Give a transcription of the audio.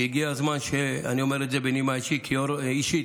ואני אומר בנימה אישית,